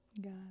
God